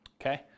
okay